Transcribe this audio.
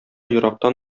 ерактан